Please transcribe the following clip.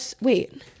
wait